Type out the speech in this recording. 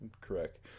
correct